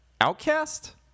outcast